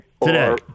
Today